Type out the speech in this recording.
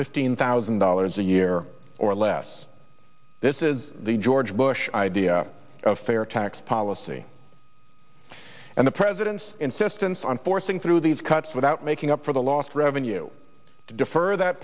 fifteen thousand dollars a year or less this is the george bush idea of fair tax policy and the president's insistence on forcing through these cuts without making up for the lost revenue to defer that